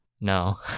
No